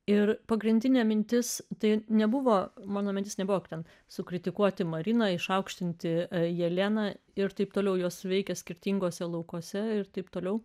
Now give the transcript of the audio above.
ir pagrindinė mintis tai nebuvo mano mintis nebuvo ten sukritikuoti marina išaukštinti jelena ir taip toliau jos veikia skirtinguose laukuose ir taip toliau